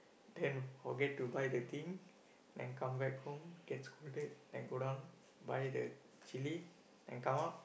then forget to buy the thing then come back home get scolded then go down buy the chilli then come up